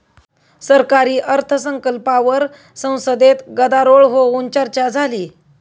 सरकारी अर्थसंकल्पावर संसदेत गदारोळ होऊन चर्चा झाली